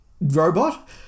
robot